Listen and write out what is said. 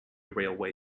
railway